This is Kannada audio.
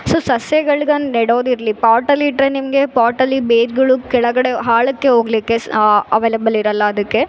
ಸೊ ಸಸ್ಯಗಳನ್ನು ನೆಡೋದಿರಲಿ ಪಾಟಲಿ ಇಟ್ಟರೆ ನಿಮಗೆ ಪಾಟಲಿ ಬೇರುಗಳು ಕೆಳಗಡೆ ಆಳಕ್ಕೆ ಹೋಗ್ಲಿಕ್ಕೆ ಸ್ ಅವೈಲಬಲ್ ಇರೋಲ್ಲ ಅದಕ್ಕೆ